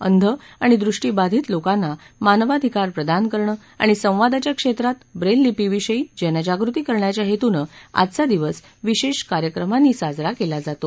अंध आणि दृष्टिबाधित लोकांना मानवाधिकार प्रदान करणं आणि संवादाच्या क्षेत्रात ब्रेल लिपी विषयी जनजागृती करण्याच्या हेतूनं आजचा दिवस विशेष कार्यक्रमांनी साजरा केला जातो